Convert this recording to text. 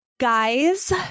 Guys